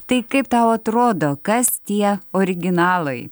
tai kaip tau atrodo kas tie originalai